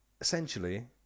essentially